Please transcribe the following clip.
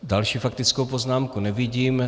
Další faktickou poznámku nevidím.